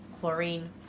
chlorine